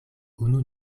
unu